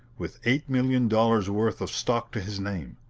with eight million dollars' worth of stock to his name!